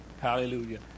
Hallelujah